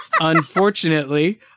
unfortunately